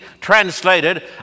translated